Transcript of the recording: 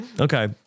okay